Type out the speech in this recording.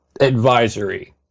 advisory